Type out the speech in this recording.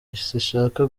zishaka